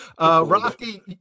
Rocky